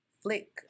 flick